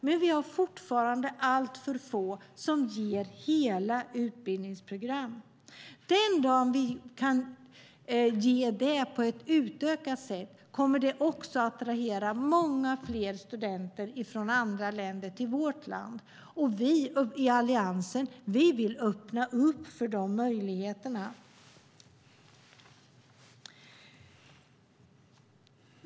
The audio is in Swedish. Men vi har fortfarande alltför få som ger hela utbildningsprogram på engelska. Den dag som vi kan ge det kommer det att attrahera många fler studenter från andra länder som vill komma till vårt land. Vi i Alliansen vill öppna upp för dessa möjligheter.